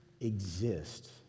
exist